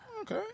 Okay